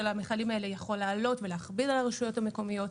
המכלים האלה יכול לעלות ולהכביד על הרשויות המקומיות,